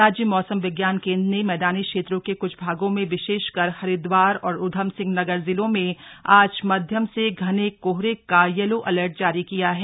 राज्य मौसम विज्ञान केंद्र ने मैदानी क्षेत्रों के कुछ भागों में विशेषकर हरिद्वार और उधमसिंह नगर जिलों में आज मध्यम से घने कोहरे का येलो अलर्ट जारी किया है